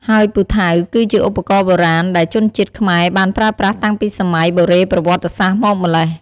ហើយពូថៅ គឺជាឧបករណ៍បុរាណដែលជនជាតិខ្មែរបានប្រើប្រាស់តាំងពីសម័យបុរេប្រវត្តិសាស្ត្រមកម្ល៉េះ។